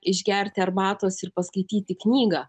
išgerti arbatos ir paskaityti knygą